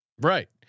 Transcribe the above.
right